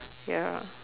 ya